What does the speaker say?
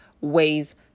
ways